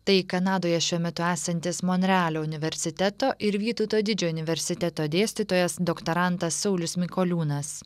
tai kanadoje šiuo metu esantis monrealio universiteto ir vytauto didžiojo universiteto dėstytojas doktorantas saulius mikoliūnas